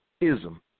ism